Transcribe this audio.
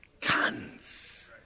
tons